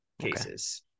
cases